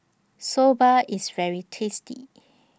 Soba IS very tasty